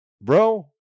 bro